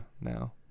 now